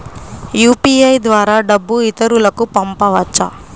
UPI ద్వారా డబ్బు ఇతరులకు పంపవచ్చ?